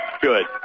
Good